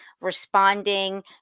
responding